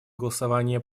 голосования